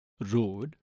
Road